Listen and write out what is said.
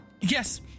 Yes